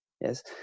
Yes